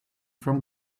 from